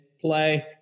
play